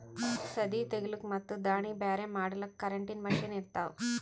ಸದೀ ತೆಗಿಲುಕ್ ಮತ್ ದಾಣಿ ಬ್ಯಾರೆ ಮಾಡಲುಕ್ ಕರೆಂಟಿನ ಮಷೀನ್ ಇರ್ತಾವ